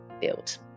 built